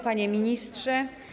Panie Ministrze!